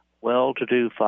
well-to-do